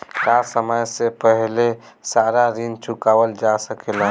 का समय से पहले सारा ऋण चुकावल जा सकेला?